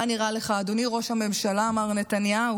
מה נראה לך, אדוני ראש הממשלה, מר נתניהו,